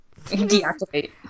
Deactivate